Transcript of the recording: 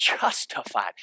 justified